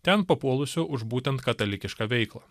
ten papuolusiu už būtent katalikišką veiklą